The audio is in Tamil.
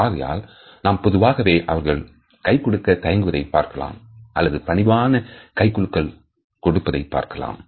ஆகையால் நாம் பொதுவாகவே அவர்கள் கைகொடுக்க தயங்குவதைப் பார்க்கலாம் அல்லது பணிவான கைகுலுக்கல் கொடுப்பதை பார்க்கலாம்